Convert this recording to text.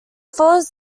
follows